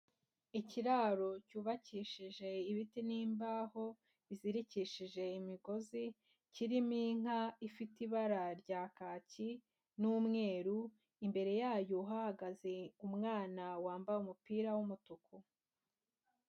Ikiraro cyubakishije ibiti n'imbaho, izirikishije imigozi, kirimo inka ifite ibara rya kaki, n'umweru, imbere yayo hahagaze umwana wambaye umupira w'umutuku.